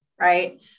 right